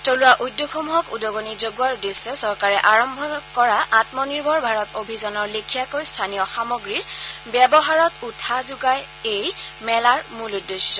থলুৱা উদ্যোগসমূহক উদগণি যগোৱাৰ উদ্দেশ্যে চৰকাৰে আৰম্ভ কৰা আম্মনিৰ্ভৰ ভাৰত অভিযানৰ লেখিয়াকৈ স্থানীয় সামগ্ৰীৰ ব্যৱহাৰত উৎসাহ দিয়াই এই মেলাৰ মূল উদ্দেশ্য